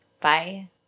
Bye